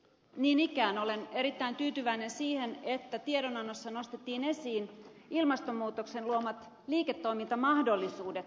niin ikään olen erittäin tyytyväinen siihen että tiedonannossa nostettiin esiin ilmastonmuutoksen luomat liiketoimintamahdollisuudet suomelle